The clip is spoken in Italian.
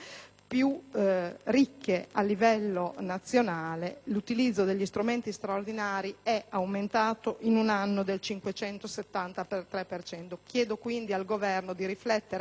più ricche a livello nazionale e l'utilizzo degli strumenti straordinari è aumentato in un anno del 573 per cento. Invito quindi il Governo a riflettere